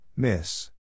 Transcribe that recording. miss